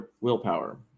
willpower